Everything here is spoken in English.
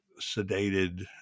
sedated